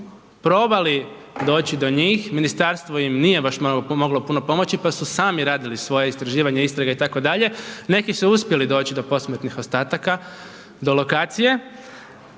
probali doći do njih, ministarstvo im nije baš moglo puno pomoći, pa su sami radili svoje istraživanje, istraga itd., neki su uspjeli doći do posmrtnih ostataka, do lokacija,